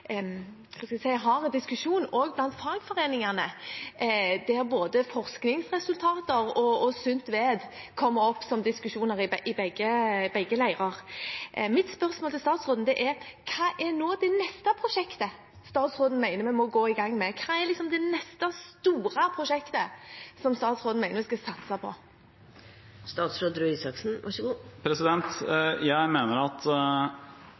skal jeg si – hard diskusjon også blant fagforeningene, der både forskningsresultater og sunt vett kommer opp til diskusjon i begge leirer. Mitt spørsmål til statsråden er: Hva er det neste store prosjektet statsråden mener vi må satse på og gå i gang med? På samme måte som vi hadde en satsing på Kunnskapsløftet, som